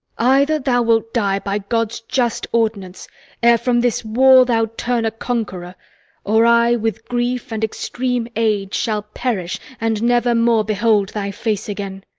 either thou wilt die by god's just ordinance ere from this war thou turn a conqueror or i with grief and extreme age shall perish and never more behold thy face again.